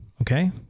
Okay